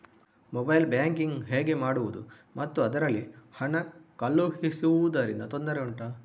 mobile banking ಹೇಗೆ ಮಾಡುವುದು ಮತ್ತು ಅದರಲ್ಲಿ ಹಣ ಕಳುಹಿಸೂದರಿಂದ ತೊಂದರೆ ಉಂಟಾ